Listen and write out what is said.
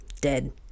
dead